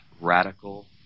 radical